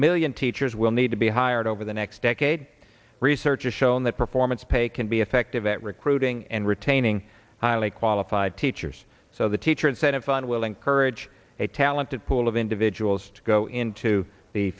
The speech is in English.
million teachers will need to be hired over the next decade research has shown that performance pay can be effective at recruiting and retaining highly qualified teachers so the teacher incentive fund will encourage a talented pool of individuals to go into the